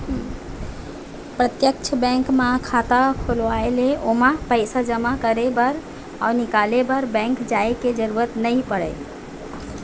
प्रत्यक्छ बेंक म खाता खोलवाए ले ओमा पइसा जमा करे बर अउ निकाले बर बेंक जाय के जरूरत नइ परय